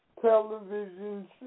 television